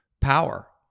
power